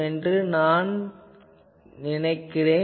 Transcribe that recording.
எனவே நான் மேலும் செல்கிறேன்